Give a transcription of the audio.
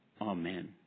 Amen